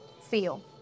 feel